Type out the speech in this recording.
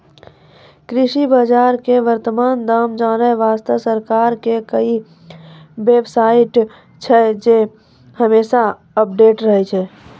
कृषि बाजार के वर्तमान दाम जानै वास्तॅ सरकार के कई बेव साइट छै जे हमेशा अपडेट रहै छै